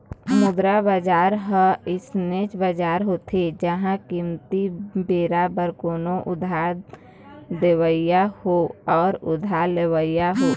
मुद्रा बजार ह अइसन बजार होथे जिहाँ कमती बेरा बर कोनो उधार देवइया हो अउ उधार लेवइया हो